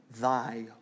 thy